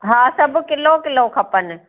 हा सभु kilo kilo खपनि